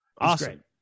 Awesome